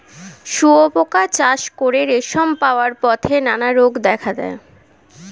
শুঁয়োপোকা চাষ করে রেশম পাওয়ার পথে নানা রোগ দেখা দেয়